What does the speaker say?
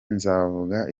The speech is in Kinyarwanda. nzavuga